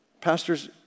pastors